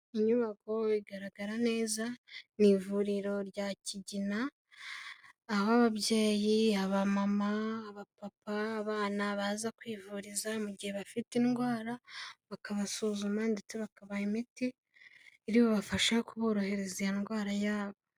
Inyubako igaragara neza mu ivuriro rya Kigina, aho ababyeyi, abamama, abapapa, abana, baza kwivuriza mu gihe bafite indwara bakabasuzuma ndetse bakabaha imiti iri bubafashe kuborohereza iyo ndwara yabo.